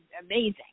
amazing